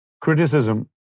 criticism